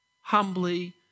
humbly